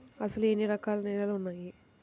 అసలు ఎన్ని రకాల నేలలు వున్నాయి?